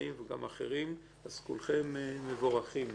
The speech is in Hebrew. כולכם מבורכים.